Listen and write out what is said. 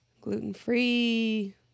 Gluten-free